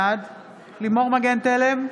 בעד לימור מגן תלם,